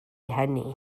hynny